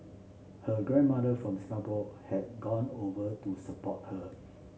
her grandmother from Singapore had gone over to support her